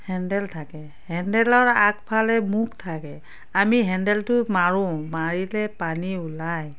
handle থাকে হেণ্ডেলৰ আগফালে মুখ থাকে আমি হেণ্ডেলটো মাৰোঁ মাৰিলে পানী ওলায়